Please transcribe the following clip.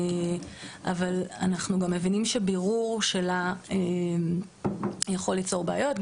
אבל אנחנו גם מבינים שבירור שלה יכול ליצור בעיות,